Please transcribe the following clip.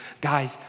Guys